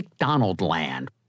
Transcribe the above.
McDonaldland